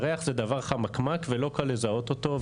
וריח זה דבר חמקמק ולא קל לזהות אותו.